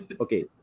Okay